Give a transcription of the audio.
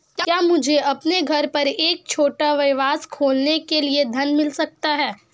क्या मुझे अपने घर पर एक छोटा व्यवसाय खोलने के लिए ऋण मिल सकता है?